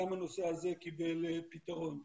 גם הנושא הזה קיבל פתרון.